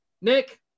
Nick